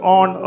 on